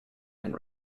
and